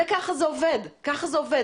ככה זה עובד, ככה זה עובד.